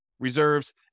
Reserves